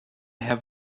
have